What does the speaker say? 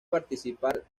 participar